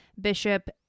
Bishop